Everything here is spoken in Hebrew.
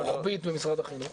רוחבית במשרד החינוך?